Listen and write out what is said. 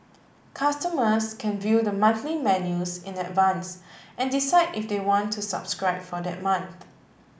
customers can view the monthly menus in advance and decide if they want to subscribe for that month